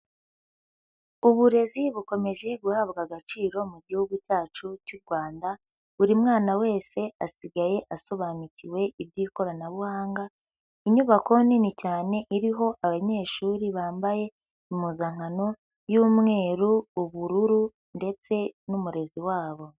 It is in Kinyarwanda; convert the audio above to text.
Uburezi bukomeje guhabwa agaciro mu Gihugu cyacu cy'u Rwanda, buri mwana wese asigaye asobanukiwe iby'ikoranabuhanga, inyubako nini cyane iriho abanyeshuri bambaye impuzankano y'umweru, ubururu ndetse n'umurezi wabo.